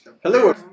hello